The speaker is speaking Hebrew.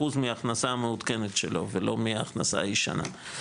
אחוז מההכנסה המעודכנת שלו ולא מההכנסה הישנה.